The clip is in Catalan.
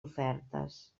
ofertes